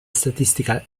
statistical